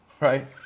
right